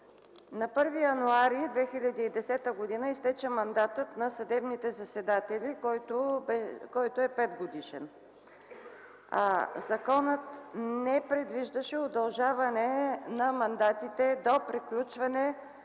На 1 януари 2010 г. изтече мандатът на съдебните заседатели, който е 5-годишен. Законът не предвиждаше удължаване на мандатите до приключване